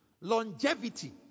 longevity